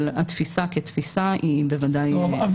אבל התפיסה כתפיסה היא בוודאי --- אבל,